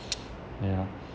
ya